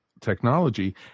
technology